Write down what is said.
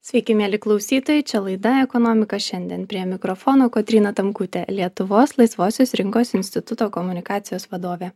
sveiki mieli klausytojai čia laida ekonomika šiandien prie mikrofono kotryna tamkutė lietuvos laisvosios rinkos instituto komunikacijos vadovė